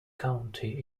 county